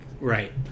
Right